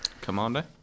Commander